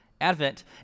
Advent